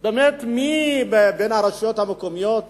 באמת, מי ברשויות המקומיות